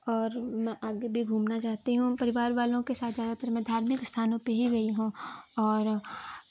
और मैं आगे भी घूमना चाहती हूँ परिवार वालों के साथ ज़्यादातर मैं धार्मिक स्थानों पे ही गई हूँ और